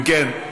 אם כן,